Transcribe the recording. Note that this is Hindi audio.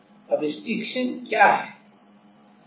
अब स्टिक्शन क्या है